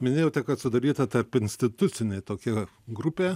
minėjote kad sudaryta tarpinstitucinė tokia grupė